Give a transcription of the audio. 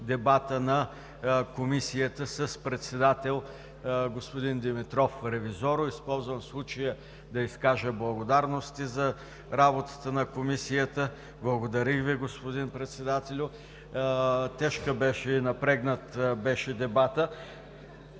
дебата на Комисията с председател господин Димитров-Ревизоро. Използвам случая да изкажа благодарности за работата на Комисията. Благодаря Ви, господин Председателю. Тежък и напрегнат беше дебатът.